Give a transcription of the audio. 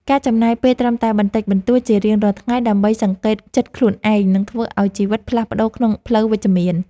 ការចំណាយពេលត្រឹមតែបន្តិចបន្តួចជារៀងរាល់ថ្ងៃដើម្បីសង្កេតចិត្តខ្លួនឯងនឹងធ្វើឱ្យជីវិតផ្លាស់ប្តូរក្នុងផ្លូវវិជ្ជមាន។